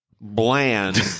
bland